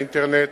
האינטרנט